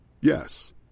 Yes